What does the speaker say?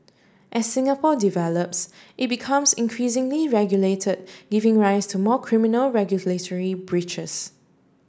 as Singapore develops it becomes increasingly regulated giving rise to more criminal regulatory breaches